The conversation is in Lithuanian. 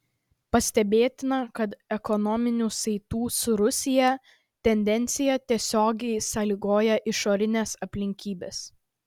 pastebėtina kad ekonominių saitų su rusija tendencija tiesiogiai sąlygoja išorinės aplinkybės